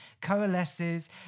coalesces